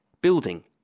building